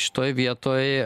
šitoj vietoj